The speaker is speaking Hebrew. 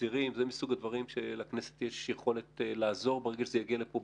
אסירים שזה מסוג הדברים שלכנסת יש יכולת לעזור ברגע שזה יגיע לכאן.